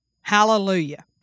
Hallelujah